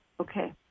Okay